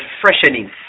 freshening